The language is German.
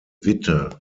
witte